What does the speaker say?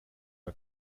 are